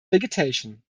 vegetation